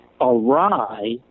awry